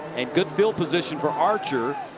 good field position for archer.